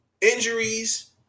injuries